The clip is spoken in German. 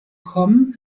com